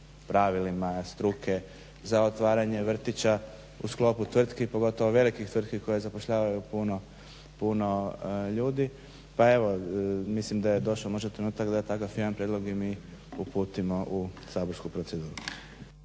pravilima struke, za otvaranje vrtića u sklopu tvrtki, pogotovo velikih tvrtku koje zapošljavaju puno ljudi. Pa evo mislim da je došao trenutak da takav jedan prijedlog i mi uputimo u saborsku proceduru.